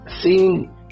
seeing